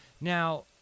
now